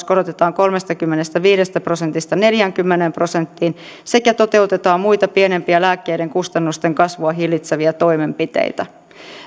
korotetaan kolmestakymmenestäviidestä prosentista neljäänkymmeneen prosenttiin sekä toteutetaan muita pienempiä lääkkeiden kustannusten kasvua hillitseviä toimenpiteitä